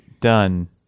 done